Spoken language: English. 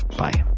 bye